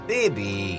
Baby